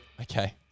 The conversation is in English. Okay